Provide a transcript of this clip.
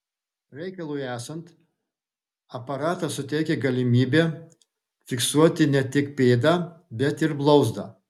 reikalui esant aparatas suteikia galimybę fiksuoti ne tik pėdą bet ir blauzdą